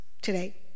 today